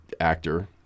actor